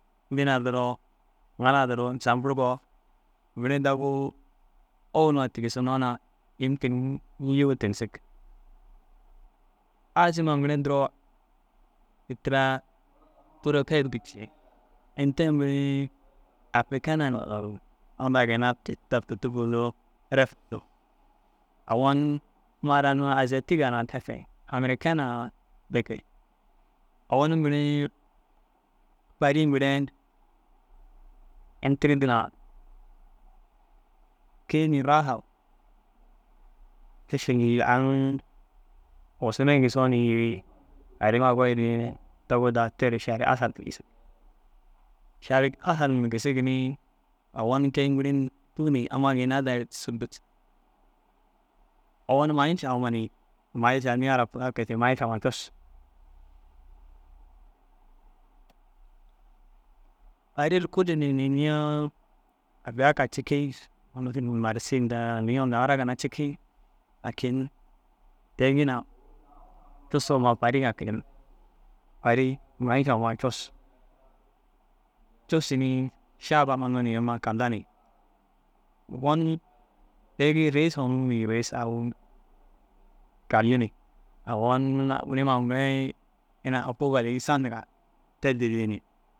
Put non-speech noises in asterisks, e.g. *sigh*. Dînaa duro ŋila duro hisamburugoo mire dagoo owel ŋa tigisinnoo na yûmkin nîjuu ŋa tigisig. Asima mire duro ini tira « tûrefel » yindig cii. Ini te mire afrikena dagu aŋ daginna *unintelligible* ref hundu. Ogon amma ara unnu aziyatiga na te ke. Amerikena te ke. Ogon mire paris mire ini tîri dîŋa ke- i ni raaha u. Mîšilli aŋ osonne gisoo ni arima goyi ni dagoo daa teri šari asal gisig. Šari asal ni gisigi ni ogon kei mire *unintelligible* amma ginna daa. *unintelligible* Ogon ma- iiša huma ni ma- iiša niĩya ara kuraa kege ši ma- iiša huma cussu. Paris kûlli ni niĩya addiya kaga cikii. Mîšil marsîn nda liyon nda ara ginna cikii. Lakin tei gii na cussu huma paris ŋa kiren. Paris ma- iiša huma cussu. Cussu ni šaaba huma amma kalla ni. Ogon te gii rehis hunduu na rehis agu kalli ni. Ogon niĩma mire ina « huguugal insaan » indiga te didii ni.